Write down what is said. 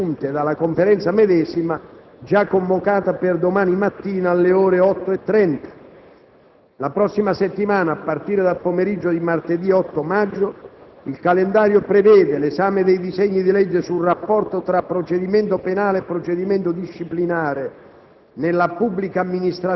che potranno essere assunte dalla Conferenza medesima, già convocata per domani mattina alle ore 8,30. La prossima settimana, a partire dal pomeriggio di martedì 8 maggio, il calendario prevede l'esame dei disegni di legge sul rapporto tra procedimento penale e procedimento disciplinare